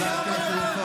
חבר הכנסת פורר,